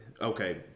okay